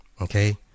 Okay